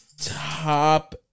top